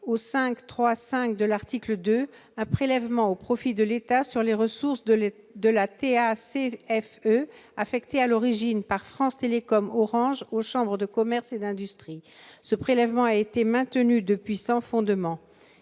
pour 2010 a institué un prélèvement au profit de l'État sur les ressources de la TACFE affectée à l'origine par France Télécom-Orange aux chambres de commerce et d'industrie. Ce prélèvement a été maintenu depuis, sans fondement.